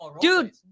Dude